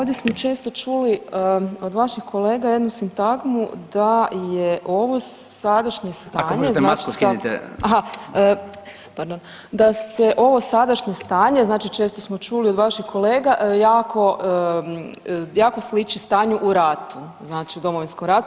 Ovdje smo često čuli od vaših kolega jednu sintagmu da je ovo sadašnje stanje [[Upadica: Ako možete masku skinite.]] aha pardon, da se ovo sadašnje stanje, znači često smo čuli od vaših kolega jako sliči stanju u ratu, znači u Domovinskom ratu.